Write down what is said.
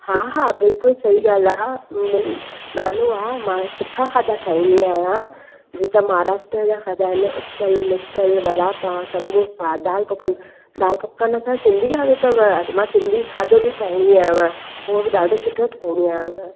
हा हा बिल्कुलु सही ॻाल्हि आहे नालो आहे मां सुठा खाधा ठाहींदी आहियां जेका महाराष्ट्र जा खाधा आहिनि उसल मिसल वड़ा पाव समोसा दालि पकवान दालि पकवान असां सिंधी खाधो अथव मां सिंधी खाधो बि ठाहींदी आहियां उहो बि ॾाढो सुठो ठाहींदी आहियां